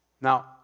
Now